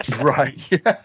Right